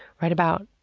write about,